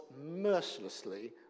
mercilessly